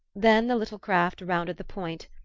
then the little craft rounded the point,